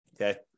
Okay